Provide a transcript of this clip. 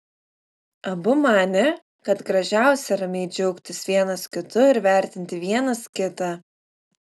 abu manė kad gražiausia ramiai džiaugtis vienas kitu ir vertinti vienas kitą